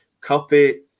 copy